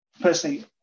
Personally